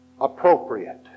Appropriate